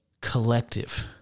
collective